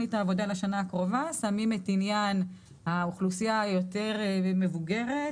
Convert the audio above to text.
בתוכנית העבודה לשנה הקרובה שמים את עניין האוכלוסייה היותר מבוגרת